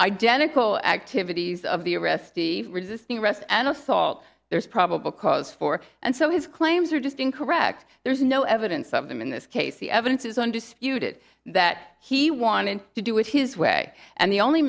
identical activities of the arrestee resisting arrest and assault there's probable cause for and so his claims are just incorrect there is no evidence of them in this case the evidence is undisputed that he wanted to do it his way and the only